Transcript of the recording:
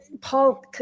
paul